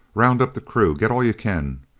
round up the crew. get all you can.